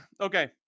Okay